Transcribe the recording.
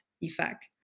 effect